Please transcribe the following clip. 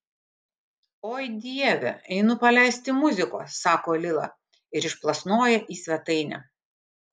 oi dieve einu paleisti muzikos sako lila ir išplasnoja į svetainę